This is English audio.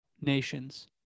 nations